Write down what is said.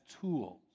tools